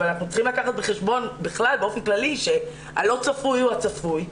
אבל אנחנו צריכים לקחת בחשבון בכלל באופן כללי שהלא צפוי הוא הצפוי.